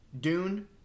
Dune